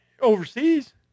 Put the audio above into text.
Overseas